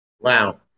Wow